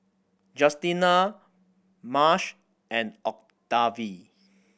Justina Marsh and Octavie